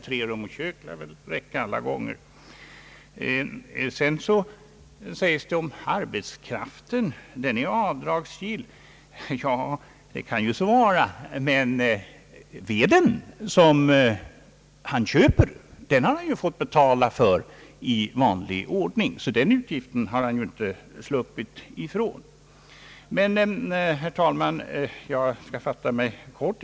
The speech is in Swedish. Det sägs att arbetskraften är avdragsgill. Ja, det kan så vara, men veden som bonden köper har han fått betala för i vanlig ordning. Arbetskraft är inte gratis. Den utgiften har han alltså inte sluppit ifrån. Jag skall fatta mig kort, herr talman.